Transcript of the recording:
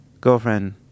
Girlfriend